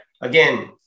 again